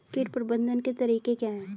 कीट प्रबंधन के तरीके क्या हैं?